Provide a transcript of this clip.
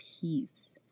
peace